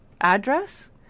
address